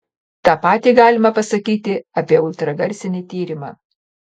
tą patį galima pasakyti apie ultragarsinį tyrimą